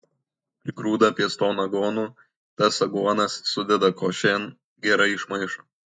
prigrūda pieston aguonų tas aguonas sudeda košėn gerai išmaišo